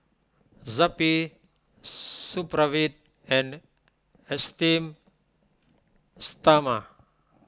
Zappy Supravit and Esteem Stoma